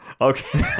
Okay